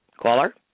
Caller